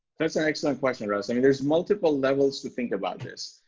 that's an excellent question russ, i mean, there's multiple levels to think about this,